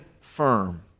firm